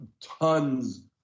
tons